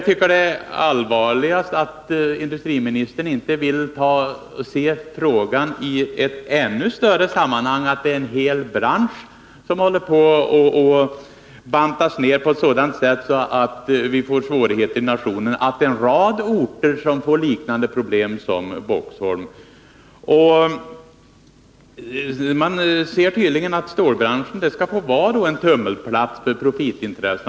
Det är allvarligt att industriministern inte vill se frågan i ett sammanhang -— att en hel bransch håller på att äventyras och att en rad orter får liknande problem som Boxholm. Stålbranschen skall tydligen få vara en tummelplats för profitintressena.